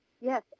Yes